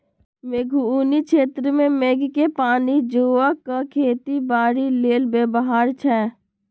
मेघोउनी क्षेत्र में मेघके पानी जोगा कऽ खेती बाड़ी लेल व्यव्हार छै